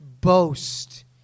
boast